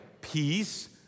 peace